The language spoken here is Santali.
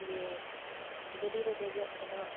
ᱡᱮ ᱜᱟᱹᱰᱤ ᱨᱮ ᱫᱮᱡᱚᱜ ᱯᱷᱮᱰᱚᱜ